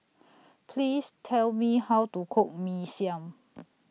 Please Tell Me How to Cook Mee Siam